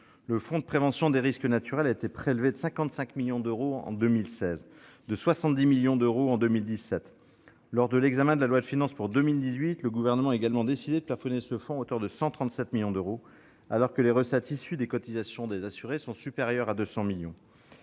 le fonds de prévention des risques naturels majeurs, dit fonds Barnier, a été prélevé de 55 millions d'euros en 2016 et de 70 millions d'euros en 2017. Lors de l'examen de la loi de finances pour 2018, le Gouvernement a également décidé de plafonner ce fonds à hauteur de 137 millions d'euros, alors que les recettes, issues des cotisations des assurés, sont supérieures à 200 millions